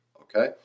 okay